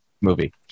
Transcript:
movie